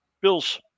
Bills